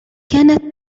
كانت